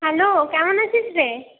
hello কেমন আছিস রে